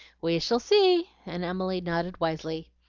we shall see! and emily nodded wisely.